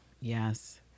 yes